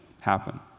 happen